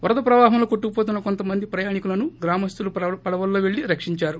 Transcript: వరద ప్రవాహంలో కోట్టుకుపోతున్న కొంత మంది ప్రయాణికులను గ్రామస్యలు పడవల్లో వెల్లి రక్షించారు